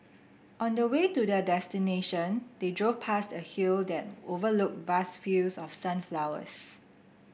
on the way to their destination they drove past a hill that overlooked vast fields of sunflowers